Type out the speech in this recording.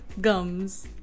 gums